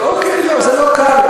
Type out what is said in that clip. אוקיי, לא, זה לא קל.